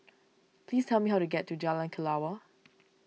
please tell me how to get to Jalan Kelawar